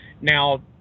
now